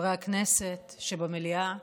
חברי הכנסת שבמליאה,